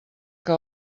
que